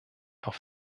auf